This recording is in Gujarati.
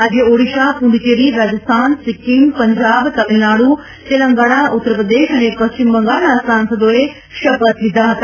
આજે ઓડિશા પુડ્ડચેરી રાજસ્થાન સિક્કિમ પંજાબ તમિળનાડુ તેલંગણા ઉત્તરપ્રદેશ અને પશ્ચિમ બંગાળના સાંસદોએ શપથ લીધા હતા